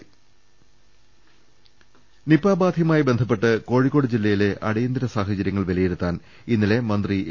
രദേവ്ട്ട്ട്ട്ട്ട്ട് Nipah ബാധയുമായി ബന്ധപ്പെട്ട് കോഴിക്കോട് ജില്ലയിലെ അടിയന്തിര സാഹചര്യങ്ങൾ വിലയിരുത്താൻ ഇന്നലെ മന്ത്രി എ